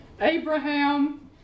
Abraham